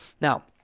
Now